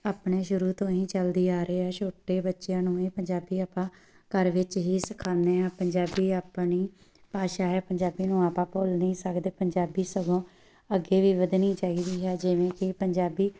ਆਪਣੇ ਸ਼ੁਰੂ ਤੋਂ ਹੀ ਚਲਦੀ ਆ ਰਹੇ ਹੈ ਛੋਟੇ ਬੱਚਿਆਂ ਨੂੰ ਵੀ ਪੰਜਾਬੀ ਆਪਾਂ ਘਰ ਵਿੱਚ ਹੀ ਸਿਖਾਉਂਦੇ ਹਾਂ ਪੰਜਾਬੀ ਆਪਣੀ ਭਾਸ਼ਾ ਹੈ ਪੰਜਾਬੀ ਨੂੰ ਆਪਾਂ ਭੁੱਲ ਨਹੀਂ ਸਕਦੇ ਪੰਜਾਬੀ ਸਗੋਂ ਅੱਗੇ ਵੀ ਵਧਣੀ ਚਾਹੀਦੀ ਹੈ ਜਿਵੇਂ ਕਿ ਪੰਜਾਬੀ